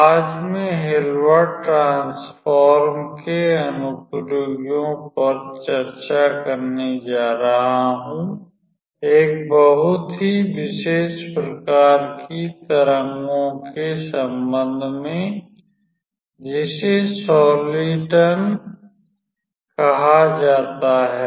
आज मैं Hilbert transform के अनुप्रयोगों पर चर्चा करने जा रहा हूं एक बहुत ही विशेष प्रकार की तरंगों के संबंध में जिसे सॉलिटन कहा जाता है